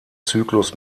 zyklus